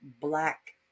black